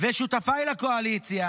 ושותפיי לקואליציה